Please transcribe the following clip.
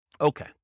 Okay